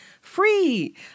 Free